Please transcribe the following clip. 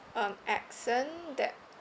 um accent that